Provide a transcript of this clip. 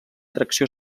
atracció